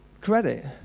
credit